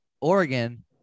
Oregon